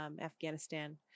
Afghanistan